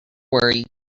worry